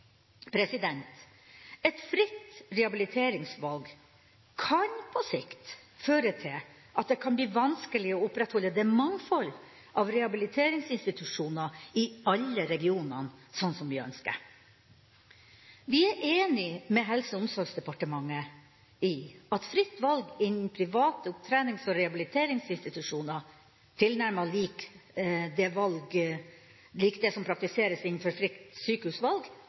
Et fritt rehabiliteringsvalg kan på sikt føre til at det kan bli vanskelig å opprettholde det mangfold av rehabiliteringsinstitusjoner i alle regioner, slik som vi ønsker. Vi er enige med Helse- og omsorgsdepartementet i at fritt valg innen private opptrenings- og rehabiliteringsinstitusjoner – tilnærmet likt det som praktiseres innenfor fritt sykehusvalg